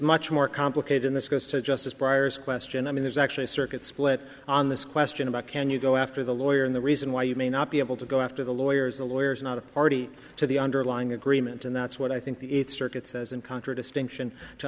much more complicated and this goes to justice briar's question i mean there's actually a circuit split on this question about can you go after the lawyer and the reason why you may not be able to go after the lawyers the lawyer is not a party to the underlying agreement and that's what i think the circuit says in contradistinction to